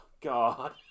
God